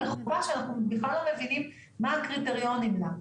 אנחנו בכלל לא מבינים מה הקריטריונים לה,